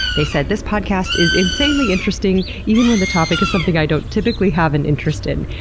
they said this podcast is insanely interesting even when the topic is something i don't typically have an interest in.